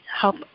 help